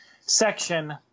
section